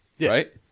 right